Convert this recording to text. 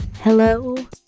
Hello